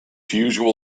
usual